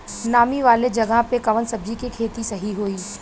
नामी वाले जगह पे कवन सब्जी के खेती सही होई?